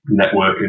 networking